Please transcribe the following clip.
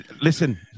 Listen